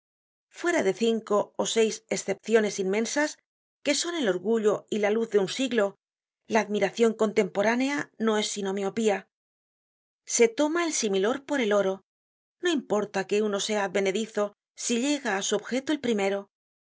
fuera de cinco ó seis escepciones inmensas que son el orgullo y la luz de un siglo la admiracion contemporánea no es sino miopía se toma el similor por el oro no importa que uno sea advenedizo si llega á su objeto el primero el